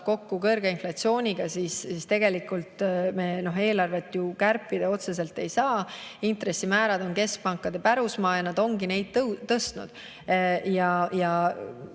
kokku kõrge inflatsiooniga, tegelikult me eelarvet ju kärpida otseselt ei saa. Intressimäärad on keskpankade pärusmaa ja nad ongi neid tõstnud.